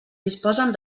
disposen